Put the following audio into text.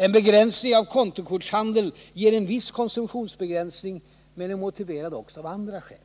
En begränsning av kontokortshandeln ger en viss konsumtionsbegränsning, men är motiverad också av andra skäl.